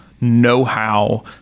know-how